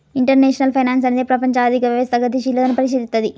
international finance అనేది ప్రపంచ ఆర్థిక వ్యవస్థ యొక్క గతిశీలతను పరిశీలిత్తది